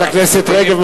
חברת הכנסת רגב,